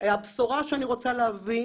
הבשורה שאני רוצה להביא,